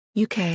UK